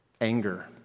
anger